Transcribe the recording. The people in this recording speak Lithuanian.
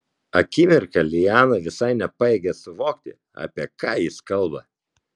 akimirką liana visai nepajėgė suvokti apie ką jis kalba